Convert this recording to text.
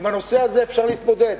עם הנושא הזה אפשר להתמודד,